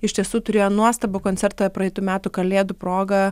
iš tiesų turėjo nuostabų koncertą praeitų metų kalėdų proga